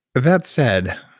that said,